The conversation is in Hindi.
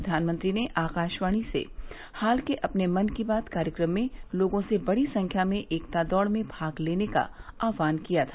प्रधानमंत्री ने आकाशवाणी से हाल के अपने मन की बात कार्यक्रम में लोगों से बड़ी संख्या में एकता दौड़ में भाग लेने का आहवान किया था